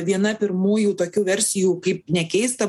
viena pirmųjų tokių versijų kaip nekeista